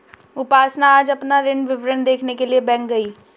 उपासना आज अपना ऋण विवरण देखने के लिए बैंक गई